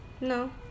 No